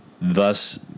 thus